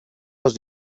los